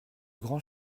grand